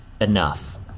enough